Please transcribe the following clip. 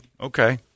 okay